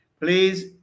please